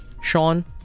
Sean